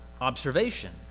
observation